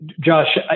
Josh